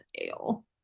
Ale